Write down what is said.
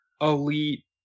elite